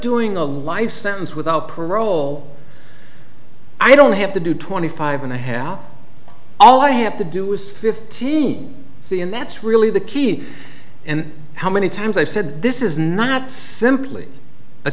doing a life sentence without parole i don't have to do twenty five and a half all i have to do is fifteen see and that's really the key and how many times i've said this is not simply a